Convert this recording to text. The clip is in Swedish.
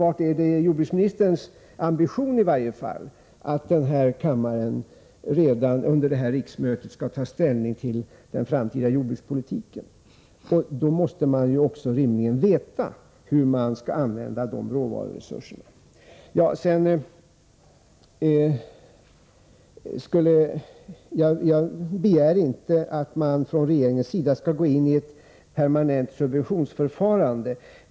Det är jordbruksministerns ambition att vi här i riksdagen redan under innevarande riksmöte skall ta ställning till den framtida jordbrukspolitiken och då måste vi rimligen också veta hur vi skall använda de råvaruresurserna. Jag begär inte att regeringen skall gå in i ett permanent subventionsförfarande.